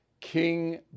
King